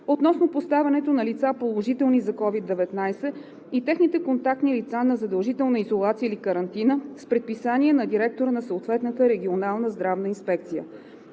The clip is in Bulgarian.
относно поставянето на лица, положителни за COVID-19, и техните контактни лица на задължителна изолация или карантина с предписание на директора на съответната регионална здравна инспекция.